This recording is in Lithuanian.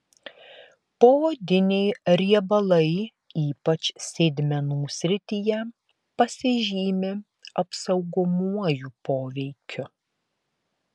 poodiniai riebalai ypač sėdmenų srityje pasižymi apsaugomuoju poveikiu